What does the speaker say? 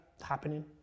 happening